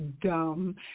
dumb